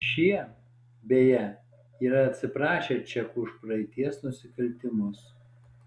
šie beje yra atsiprašę čekų už praeities nusikaltimus